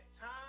time